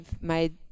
made